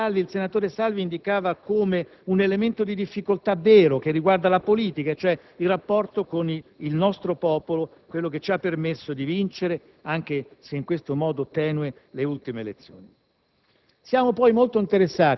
quello che stamani il senatore Salvi indicava come un elemento di difficoltà vero che riguarda la politica, quindi il rapporto con il nostro popolo, quello che ci ha permesso di vincere, anche se in questo modo tenue, le ultime elezioni.